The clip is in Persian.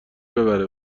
ببره